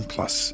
Plus